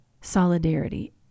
Solidarity